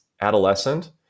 adolescent